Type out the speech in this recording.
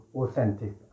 authentic